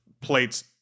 plates